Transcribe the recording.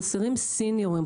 חסרים סיניורים,